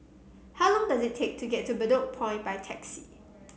how long does it take to get to Bedok Point by taxi